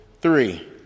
three